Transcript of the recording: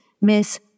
Miss